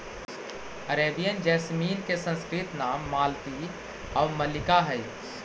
Arabian jasmine के संस्कृत नाम मालती आउ मल्लिका हइ